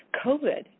COVID